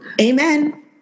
Amen